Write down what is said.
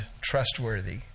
trustworthy